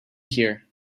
here